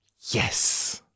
Yes